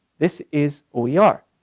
this is who we are.